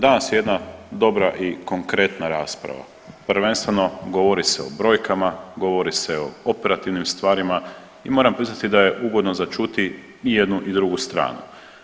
Danas je jedna dobra i konkretna rasprava, prvenstveno govori se o brojkama, govori se o operativnim stvarima i moram priznati da je ugodno za čuti i jednu i drugu stranu.